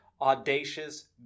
audacious